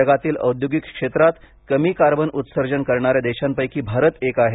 जगातील औद्योगिक क्षेत्रात कमी कार्बन उत्सर्जन करणाऱ्या देशांपैकी भारत एक आहे